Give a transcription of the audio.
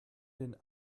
den